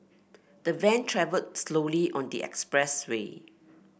the van travelled slowly on the expressway